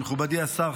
מכובדי השר,